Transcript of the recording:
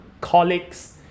colleagues